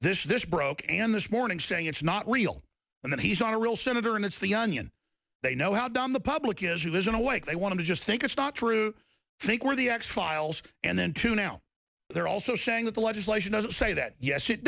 when this broke and this morning saying it's not real and that he's not a real senator and it's the onion they know how down the public is he was in a wake they want to just think it's not true i think we're the x files and then to now they're also saying that the legislation doesn't say that yes it